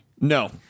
No